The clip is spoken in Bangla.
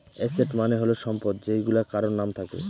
এসেট মানে হল সম্পদ যেইগুলা কারোর নাম থাকে